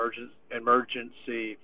emergency